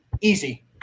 Easy